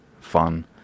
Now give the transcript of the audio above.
fun